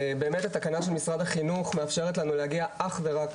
באמת התקנה של משרד החינוך מאפשרת לנו להגיע אך ורק